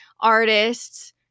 artists